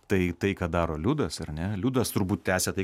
tai tai ką daro liudas ar ne liudas turbūt tęsia tai